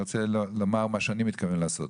אני רוצה לומר מה שאני מתכוון לעשות.